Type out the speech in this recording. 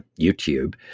youtube